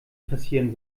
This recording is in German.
passieren